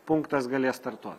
punktas galės startuot